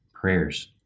prayers